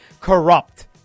corrupt